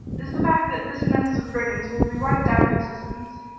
is the fact that this nest of brigands will be wiped out of existence,